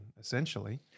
essentially